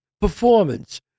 performance